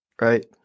right